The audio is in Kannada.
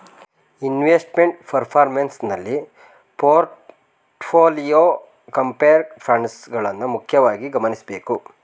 ಇನ್ವೆಸ್ಟ್ಮೆಂಟ್ ಪರ್ಫಾರ್ಮೆನ್ಸ್ ನಲ್ಲಿ ಪೋರ್ಟ್ಫೋಲಿಯೋ, ಕಂಪೇರ್ ಫಂಡ್ಸ್ ಗಳನ್ನ ಮುಖ್ಯವಾಗಿ ಗಮನಿಸಬೇಕು